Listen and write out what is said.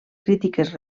crítiques